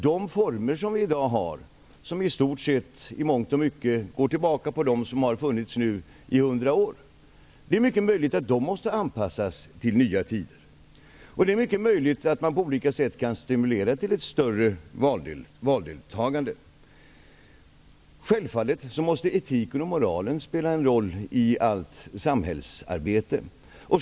De former som vi i dag har går i mångt och mycket i stort sett går tillbaka på dem som nu har funnits i hundra år. Det är mycket möjligt att de måste anpassas till nya tider. Det är också mycket möjligt att man på olika sätt kan stimulera till ett större valdeltagande. Självfallet måste etiken och moralen spela en roll i allt samhällsarbete.